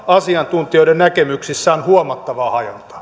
asiantuntijoiden näkemyksissä on huomattavaa hajontaa